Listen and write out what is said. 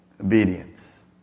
obedience